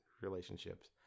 relationships